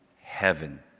heaven